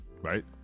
right